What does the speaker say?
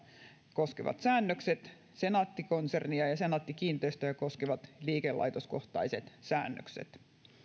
koskevat säännökset sekä senaatti konsernia ja senaatti kiinteistöjä koskevat liikelaitoskohtaiset säännökset